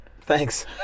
Thanks